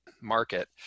market